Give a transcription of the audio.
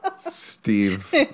Steve